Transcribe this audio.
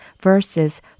verses